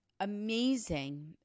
amazing